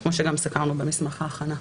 כמו שגם סקרנו במסמך ההכנה.